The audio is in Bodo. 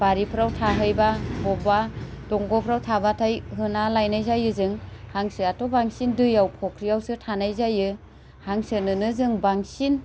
बारिफ्राव थाहैबा बबेमा दंग'फ्राव थाबाथाय होना लायनाय जायो जों हांसोआथ' बांसिन दैयाव फख्रियावसो थानाय जायो हांसोनोनो जों बांसिन